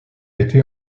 été